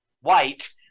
white